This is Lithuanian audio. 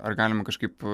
ar galima kažkaip